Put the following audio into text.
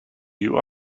you